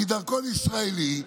כי דרכון ישראלי,